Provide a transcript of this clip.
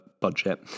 budget